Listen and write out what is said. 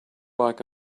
like